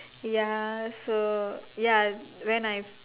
ya so ya when I